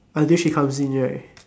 until she comes in right